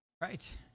Right